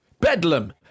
Bedlam